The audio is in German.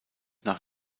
nach